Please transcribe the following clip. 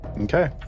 Okay